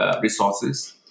resources